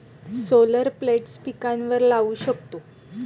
solar plates पिकांवर लाऊ शकतो